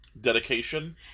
dedication